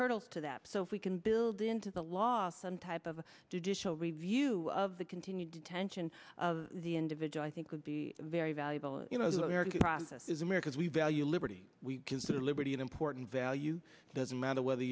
hurdles to that so if we can build into the law some type of did issue a review of the continued detention of the individual i think would be very valuable you know the american process is americans we value liberty we consider liberty an important value doesn't matter whether